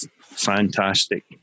fantastic